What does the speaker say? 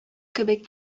кебек